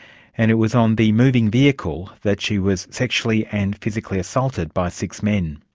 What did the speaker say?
and it was on the moving vehicle that she was sexually and physically assaulted by six men.